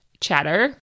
chatter